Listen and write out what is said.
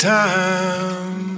time